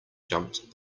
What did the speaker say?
jumped